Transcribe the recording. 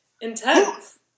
Intense